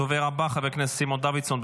הדובר הבא חבר הכנסת סימון דוידסון,